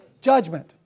judgment